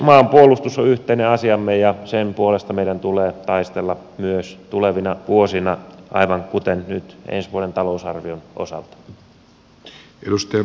maanpuolustus on yhteinen asiamme ja sen puolesta meidän tulee taistella myös tulevina vuosina aivan kuten nyt ensi vuoden talousarvion osalta